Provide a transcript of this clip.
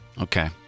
Okay